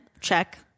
check